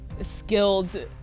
skilled